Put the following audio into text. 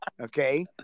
Okay